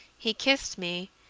he kissed me,